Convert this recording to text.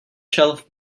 shelf